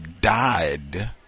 died